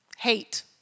Hate